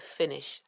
finish